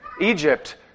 Egypt